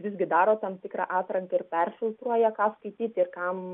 visgi daro tam tikrą atranką ir perfiltruoja ką skaityti ir kam